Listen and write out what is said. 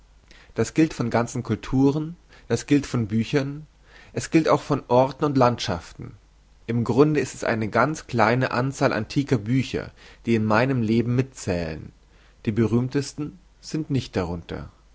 das gilt von ganzen culturen das gilt von büchern es gilt auch von orten und landschaften im grunde ist es eine ganz kleine anzahl antiker bücher die in meinem leben mitzählen die berühmtesten sind nicht darunter